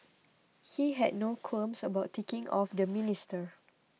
he had no qualms about ticking off the minister